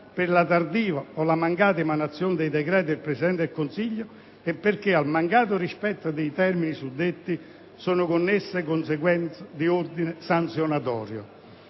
per la tardiva o la mancata emanazione di decreti del Presidente del Consiglio e perché, al mancato rispetto dei termini suddetti, sono connesse conseguenze di ordine sanzionatorio.